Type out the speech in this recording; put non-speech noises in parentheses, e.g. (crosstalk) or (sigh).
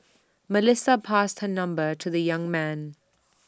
Melissa passed her number to the young man (noise)